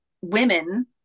women